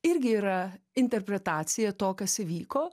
irgi yra interpretacija to kas įvyko